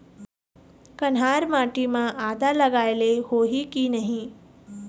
कन्हार माटी म आदा लगाए ले होही की नहीं?